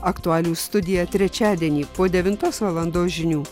aktualijų studija trečiadienį po devintos valandos žinių